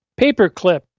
Paperclip